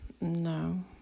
no